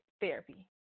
therapy